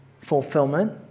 fulfillment